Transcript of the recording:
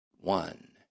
One